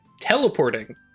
teleporting